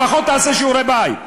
לפחות תעשה שיעורי-בית.